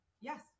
yes